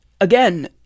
again